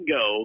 go